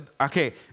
Okay